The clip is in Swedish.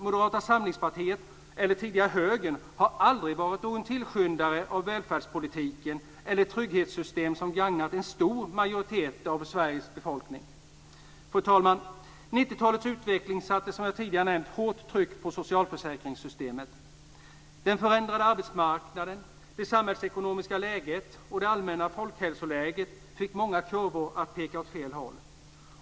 Moderata samlingspartiet, tidigare Högern, har aldrig varit tillskyndare av välfärdspolitiken eller av trygghetssystem som gagnat en stor majoritet av Sveriges befolkning. Fru talman! 90-talets utveckling satte, som jag tidigare nämnt, hårt tryck på socialförsäkringssystemet. Den förändrade arbetsmarknaden, det samhällsekonomiska läget och det allmänna folkhälsoläget fick många kurvor att peka åt fel håll.